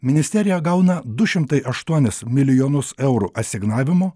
ministerija gauna du šimtai aštuonis milijonus eurų asignavimo